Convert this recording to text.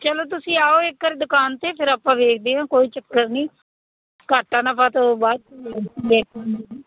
ਚਲੋ ਤੁਸੀਂ ਆਓ ਇੱਕ ਵਾਰ ਦੁਕਾਨ 'ਤੇ ਫਿਰ ਆਪਾਂ ਵੇਖਦੇ ਹਾਂ ਕੋਈ ਚੱਕਰ ਨਹੀਂ ਘਾਟਾ ਨਫਾ ਤਾਂ ਬਾਅਦ